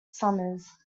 summers